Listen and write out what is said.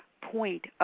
point